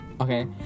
okay